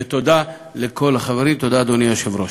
ותודה לכל החברים, תודה, אדוני היושב-ראש.